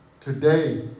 today